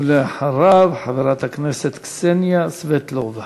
ואחריו, חברת הכנסת קסניה סבטלובה.